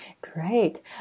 great